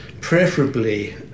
preferably